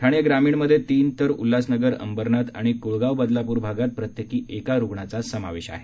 ठाणे ग्रामीणमध्ये तीन तर उल्हासनगर अंबरनाथ आणि कुळगाव बदलापूर भागात प्रत्येकी एका रुग्णाचा समावेश आहे